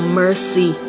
mercy